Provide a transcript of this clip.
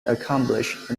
accomplished